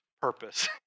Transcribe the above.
purpose